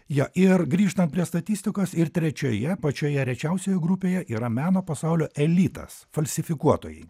jo ir grįžtant prie statistikos ir trečioje pačioje rečiausioje grupėje yra meno pasaulio elitas falsifikuotojai